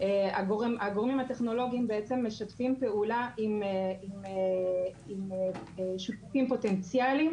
הגורמים הטכנולוגיים משתפים פעולה עם שיתופים פוטנציאליים